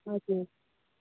हजुर